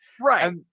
Right